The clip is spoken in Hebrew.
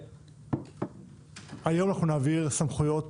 היום אנחנו נעביר סמכויות